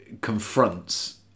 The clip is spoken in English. confronts